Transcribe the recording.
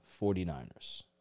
49ers